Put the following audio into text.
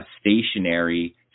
stationary